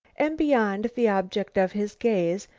and beyond, the object of his gaze,